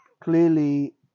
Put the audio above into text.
clearly